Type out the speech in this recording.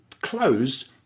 closed